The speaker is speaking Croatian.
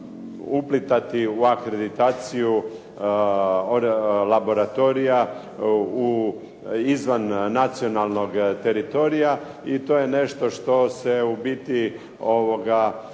uplitati u akreditaciju laboratorija izvan nacionalnog teritorija i to je nešto što se u biti prilično